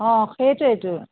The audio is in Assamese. অ সেইটোৱেইতো